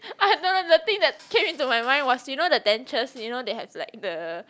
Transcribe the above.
the thing that came into my mind was the you know the dentures you know they have the